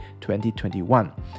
2021